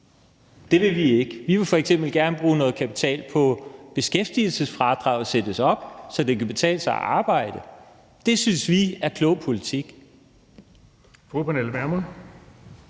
Det vil vi ikke. Vi vil f.eks. gerne bruge noget kapital på, at beskæftigelsesfradraget sættes op, så det kan betale sig at arbejde. Det synes vi er klog politik.